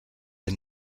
des